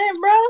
bro